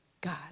God